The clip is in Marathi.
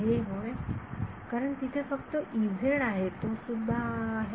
विद्यार्थी हे होय कारण तिथे फक्त आहे तो सुद्धा आहे